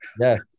Yes